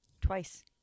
Twice